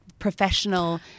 professional